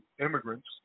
immigrants